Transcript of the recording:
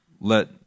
let